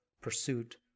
pursuit